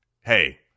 Hey